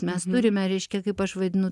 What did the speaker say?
mes turime reiškia kaip aš vaidinu